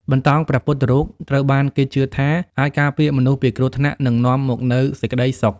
បន្តោងព្រះពុទ្ធរូបត្រូវបានគេជឿថាអាចការពារមនុស្សពីគ្រោះថ្នាក់ និងនាំមកនូវសេចក្ដីសុខ។